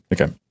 Okay